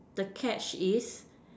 the catch is